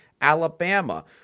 Alabama